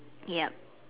yup